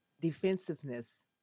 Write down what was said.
Defensiveness